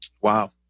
Wow